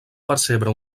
percebre